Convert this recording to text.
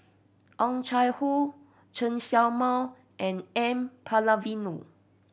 Oh Chai Hoo Chen Show Mao and N Palanivelu